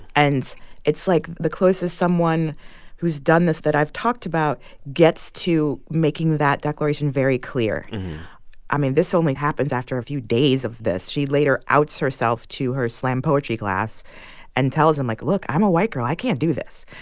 and it's, like, the closest someone who's done this that i've talked about gets to making that declaration very clear i mean, this only happens after a few days of this. she later outs herself to her slam poetry class and tells them, like, look. i'm a white girl. i can't do this.